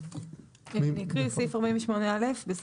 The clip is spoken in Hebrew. אני אקריא את סעיף 48א. "48א.